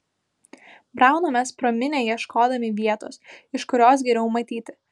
braunamės pro minią ieškodami vietos iš kurios geriau matyti